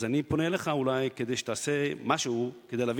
אז אני פונה אליך כדי שתעשה משהו כדי להביא